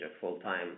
full-time